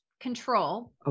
control